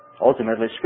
Ultimately